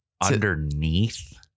underneath